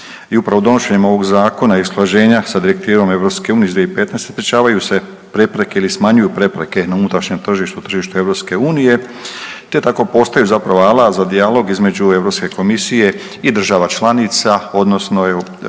i upravo donošenjem ovog zakona i usklađenja sa Direktivom EU iz 2015. sprječavaju se prepreke ili smanjuju prepreke na unutrašnjem tržištu, tržištu EU te tako postaju zapravo alat za dijalog između Europske komisije i država članica odnosno jel